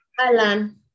Alan